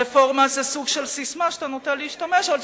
"רפורמה" זה סוג של ססמה שאתה נוטה להשתמש בה,